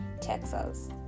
texas